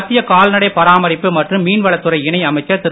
மத்திய கால்நடை பராமரிப்பு மற்றும் மீன்வளத்துறை இணை அமைச்சர் திரு